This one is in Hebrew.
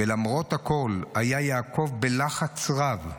ולמרות הכול היה יעקב בלחץ רב.